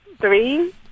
three